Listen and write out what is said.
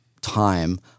time